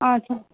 अच्छा